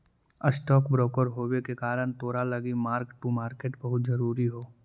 stock broker होबे के कारण तोरा लागी मार्क टू मार्केट बहुत जरूरी हो